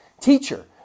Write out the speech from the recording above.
Teacher